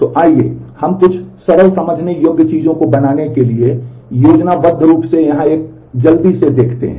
तो आइए हम कुछ सरल समझने योग्य चीज़ों को बनाने के लिए योजनाबद्ध रूप से यहां एक जल्दी से देखते हैं